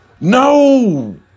No